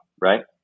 right